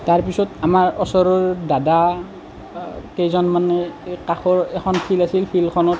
তাৰপিছত আমাৰ ওচৰৰে দাদা কেইজনমানে কাষৰ এখন ফিল্ড আছিল ফিল্ডখনত